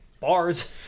bars